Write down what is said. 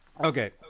Okay